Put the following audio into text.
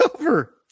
over